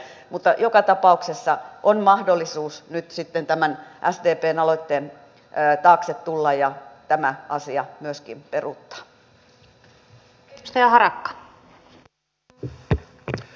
mutta joka tapauksessa on mahdollisuus nyt sitten tämän sdpn aloitteen taakse tulla ja tämä asia myöskin peruuttaa